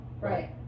Right